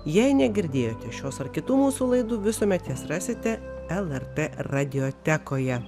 jei negirdėjote šios ar kitų mūsų laidų visuomet jas rasite lrt radiotekoje